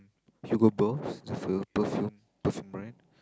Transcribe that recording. Hugo Boss is it for your perfume perfume brand